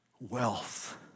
wealth